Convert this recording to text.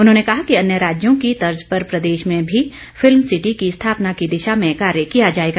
उन्होंने कहा कि अन्य राज्यों की तर्ज पर प्रदेश में भी फिल्म सिटी की स्थापना की दिशा में कार्य किया जाएगा